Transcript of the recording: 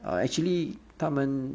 err actually 他们